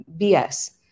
BS